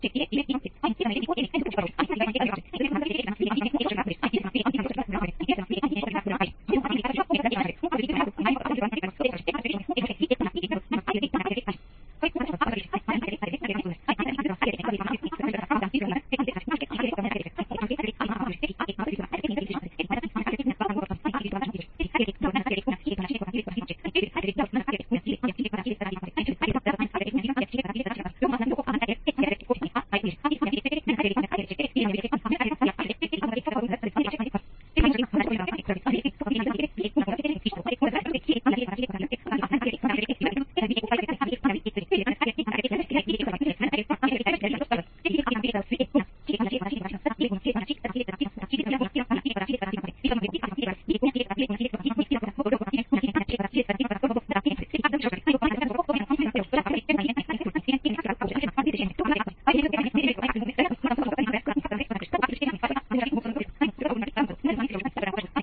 તેથી એ જ રીતે રેજિસ્ટન્સ તરીકે ઓળખવામાં આવે છે